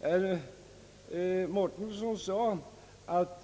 Herr Mårtensson framhöll att